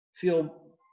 feel